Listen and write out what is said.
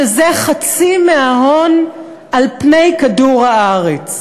שזה חצי מההון על פני כדור-הארץ.